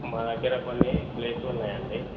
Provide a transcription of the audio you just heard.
మా దగ్గర కొన్ని ప్లేస్లు ఉన్నాయండి